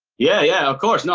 yeah. yeah, of course. no,